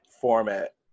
format